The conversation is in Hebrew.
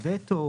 (ב), או